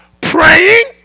praying